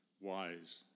wise